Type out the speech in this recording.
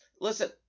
listen